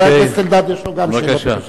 חבר הכנסת אלדד, גם לו יש שאלות.